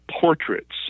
portraits